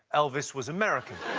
elvis was american.